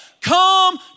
come